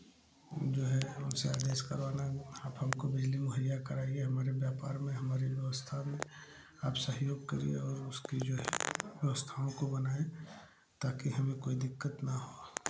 जो है उनसे आदेश करवाना आप हमको बिजली मुहैया कराइए आप हमारे व्यापार में हमारे व्यवस्था में आप सहयोग करिए और उसकी जो है व्यवस्थाओं को बनाएं ताकि हमें कोई दिक्कत ना हो